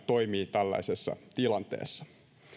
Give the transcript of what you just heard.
toimii tällaisessa tilanteessa